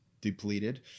depleted